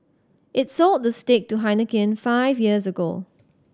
it sold the stake to Heineken five years ago